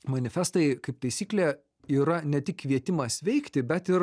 manifestai kaip taisyklė yra ne tik kvietimas veikti bet ir